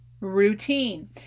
routine